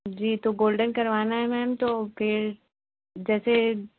जी तो गोल्डन करवाना है मैम तो फिर जैसे